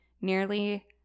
nearly